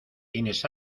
tienes